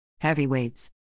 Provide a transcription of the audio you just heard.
Heavyweights